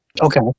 Okay